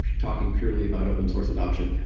talking purely about open source adaption,